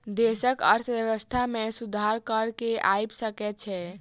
देशक अर्थव्यवस्था में सुधार कर सॅ आइब सकै छै